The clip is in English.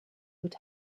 would